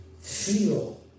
feel